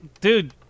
Dude